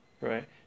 right